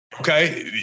Okay